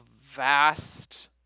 vast